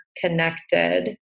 connected